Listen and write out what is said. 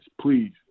please